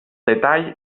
detall